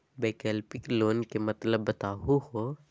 वैकल्पिक लोन के मतलब बताहु हो?